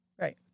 Right